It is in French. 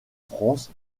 france